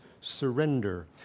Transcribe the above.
surrender